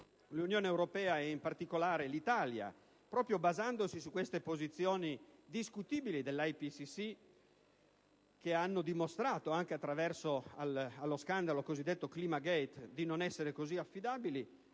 l'Unione europea, e in particolare l'Italia, proprio basandosi su queste posizioni discutibili del'IPCC che hanno dimostrato, anche attraverso il cosiddetto scandalo climagate, di non essere così affidabili,